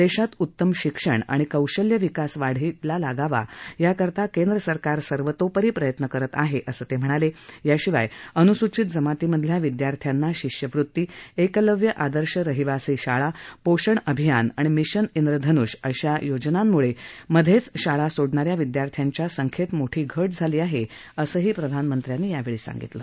देशात उत्तम शिक्षण आणि कौशल्य विकास वाढीला लागावा याकरता केंद्रसरकार सर्वतोपरी प्रयत्न करत आहे असं ते म्हणाले याशिवाय अनुसूषित जमातीतल्या विद्यार्थ्यांना शिष्यवृत्ती एकलव्य आदर्श रहिवासी शाळा पोषण अभियान आणि मिशन विधनुष्य अशा योजनांमुळे मध्येच शाळा सोडणाऱ्या विद्यार्थ्यांच्या संख्येत मोठी घट झाली आहे असं प्रधानमंत्र्यांनी सांगितलं